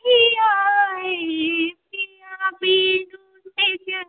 नहीं आये पिया बिनु सेज मोर